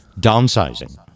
Downsizing